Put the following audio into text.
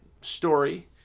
story